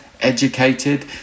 educated